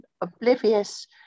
oblivious